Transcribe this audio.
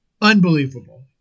Unbelievable